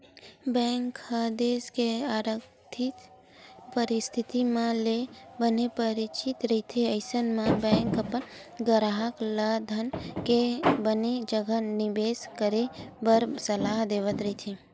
bank ह देस के आरथिक परिस्थिति मन ले बने परिचित रहिथे अइसन म बेंक अपन गराहक ल धन के बने जघा निबेस करे बर सलाह देवत रहिथे